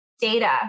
data